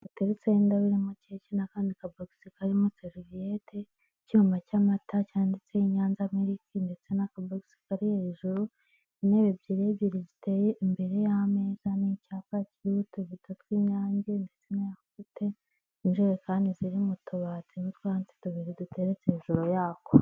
Gateretseho indabyo irimo keke n'akandi ka bogisi (ka box) karimo seriviyete, icyuma cy'amata cyanditseho nyanza miriki ( milk) ndetse n'aka bogisi (box) kari hejuru intebe ebyiri ebyiri ziteye imbere y'ameza ni icyapa cy'iriho utubido tw'inyange ndetse na yahurute ,injerekani ziri mu tubati n'utwatsi tubiri duteretse hejuru yako.